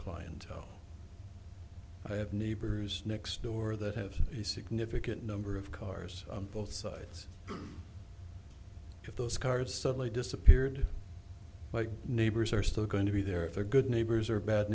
clientele i have neighbors next door that have a significant number of cars on both sides of those cards suddenly disappeared like neighbors are still going to be there if they're good neighbors or bad